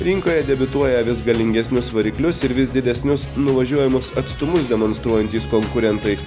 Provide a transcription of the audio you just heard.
rinkoje debiutuoja vis galingesnius variklius ir vis didesnius nuvažiuojamus atstumus demonstruojantys konkurentai